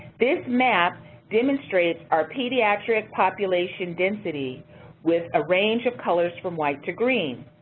this map demonstrates our pediatric population density with a range of colors from white to green.